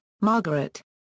Margaret